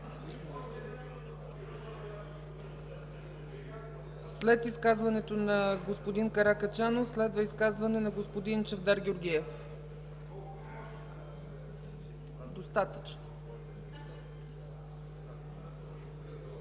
След изказването на господин Каракачанов следва изказване на господин Чавдар Георгиев. ЧАВДАР